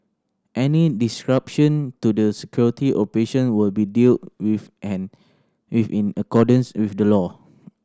any disruption to the security operation will be dealt with an with in accordance with the law